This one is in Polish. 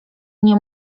nie